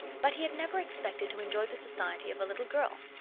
but he had never expected to enjoy the society of a little girl.